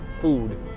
food